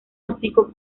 hocico